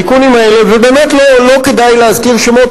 ובאמת לא כדאי להזכיר שמות,